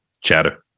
chatter